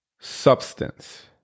substance